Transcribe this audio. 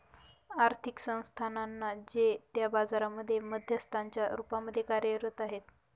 आर्थिक संस्थानांना जे त्या बाजारांमध्ये मध्यस्थांच्या रूपामध्ये कार्य करत आहे